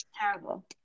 Terrible